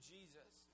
Jesus